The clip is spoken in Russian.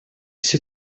всё